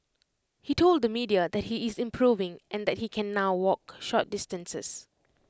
he told the media that he is improving and that he can now walk short distances